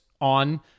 on